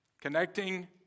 Connecting